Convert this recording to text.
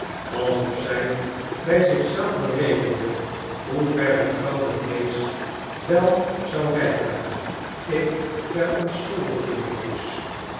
alsof zij bij zich zelf berekende hoe ver het koude vleesch wel zou reikert ik verontschuldigde mij dus